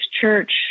church